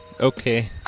Okay